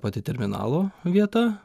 pati terminalo vieta